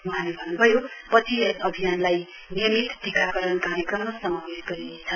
वहाँले भन्न्भयो पछि यस अभियानलाई नियमित टिकाकरण कार्यक्रममा समावेश गरिनेछ